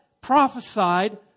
prophesied